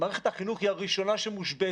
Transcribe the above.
מערכת החינוך היא הראשונה שמושבתת.